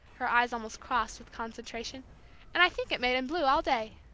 her eyes almost crossed with concentration and i think it made him blue all day.